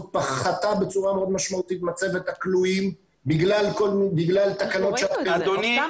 פחתה בצורה מאוד משמעותית מצבת הכלואים בגלל תקנות ש --- אדוני,